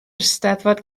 eisteddfod